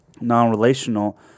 non-relational